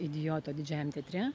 idioto didžiajam teatre